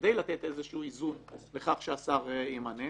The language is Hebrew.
כדי לתת איזשהו איזון לכך שהשר ימנה,